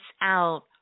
out